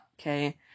okay